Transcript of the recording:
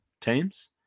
teams